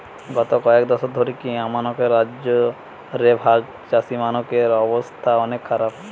গত কয়েক দশক ধরিকি আমানকের রাজ্য রে ভাগচাষীমনকের অবস্থা অনেক খারাপ